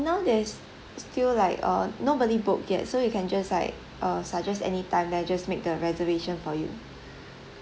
now there's still like uh nobody book yet so you can just like uh suggests anytime then I just make the reservation for you